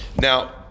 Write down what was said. Now